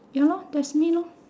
ya lor that's me lor